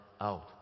out